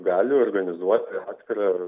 gali organizuot atskirą